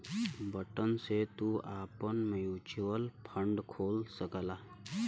button से तू आपन म्युचुअल फ़ंड खोल सकला